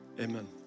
Amen